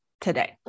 today